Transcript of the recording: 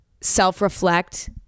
self-reflect